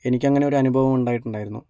എനിക്ക് അങ്ങനെ ഒരു അനുഭവം ഉണ്ടായിട്ടുണ്ടായിരുന്നു